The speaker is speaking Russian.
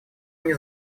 они